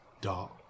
dark